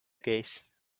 case